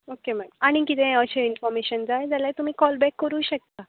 okay ma'am आनीक किदे अशें ईनफोरमेशन जाय जाल्यार तुमी कॉल बेक करूं शकता